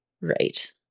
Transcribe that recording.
Right